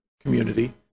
community